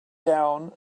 down